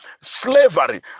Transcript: slavery